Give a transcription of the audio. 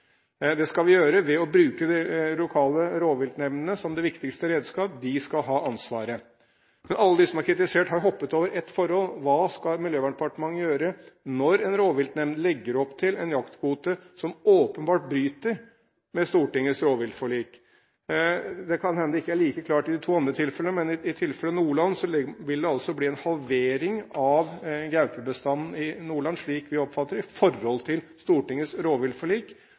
Det skal vi gjøre ved å bruke de lokale rovviltnemndene som viktigste redskap. De skal ha ansvaret. Alle de som har kritisert, har hoppet over et forhold: Hva skal Miljøverndepartementet gjøre når en rovviltnemnd legger opp til en jaktkvote som åpenbart bryter med Stortingets rovviltforlik? Det kan hende det ikke er like klart i de to andre tilfellene, men i tilfellet Nordland vil det altså bli en halvering av gaupebestanden der, slik vi oppfatter det, i forhold til Stortingets rovviltforlik.